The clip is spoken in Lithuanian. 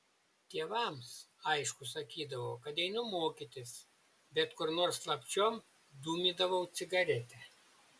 tėvams aišku sakydavau kad einu mokytis bet kur nors slapčiom dūmydavau cigaretę